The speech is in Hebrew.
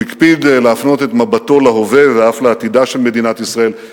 הוא הקפיד להפנות את מבטו להווה ואף לעתידה של מדינת ישראל.